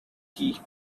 key